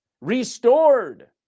restored